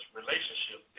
relationship